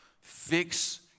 Fix